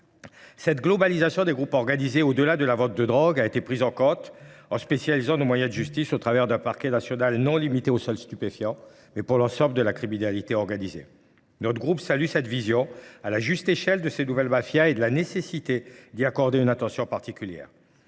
Cette globalisation des groupes organisés au-delà de la vente de drogue a été prise en compte en spécialisant nos moyens de justice au travers d'un parquet national non limité au sol stupéfiant, mais pour l'ensemble de la criminalité organisée. Notre groupe salue cette vision à la juste échelle de ces nouvelles mafias et de la nécessité d'y accorder une attention particulière.